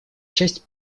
часть